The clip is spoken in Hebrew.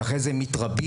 ואחרי זה הם מתרבים,